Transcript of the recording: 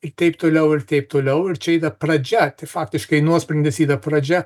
ir teip toliau ir teip toliau ir čia yra pradžia tai faktiškai nuosprendis yra pradžia